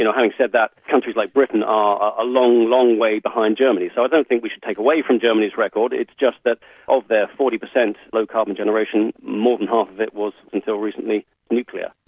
you know having said that, countries like britain are a long, long way behind germany. so i don't think we should take away from germany's record, it's just that of their forty percent low-carbon generation more than half of it was until recently nuclear.